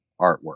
artwork